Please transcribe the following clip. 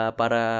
para